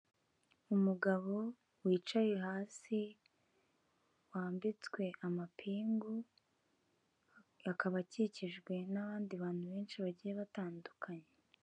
Umugabo wicaye hasi wambitswe amapingu akaba akikijwe n'abandi bantu benshi bagiye batandukanye.